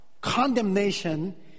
condemnation